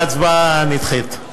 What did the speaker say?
ההצבעה נדחית.